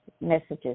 messages